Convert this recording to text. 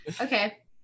okay